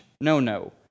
no-no